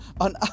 on